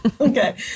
Okay